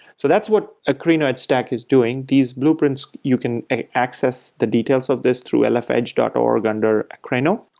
so that's what akraino edge stack is doing. these blueprints, you can access the details of this through lfedge dot org under akraino.